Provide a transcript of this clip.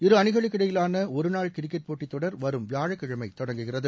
இரு அணிகளுக்கிடையிலான ஒரு நாள் கிரிக்கெட் போட்டித்தொடர் வரும் வியாழக்கிழமை தொடங்குகிறது